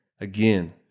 again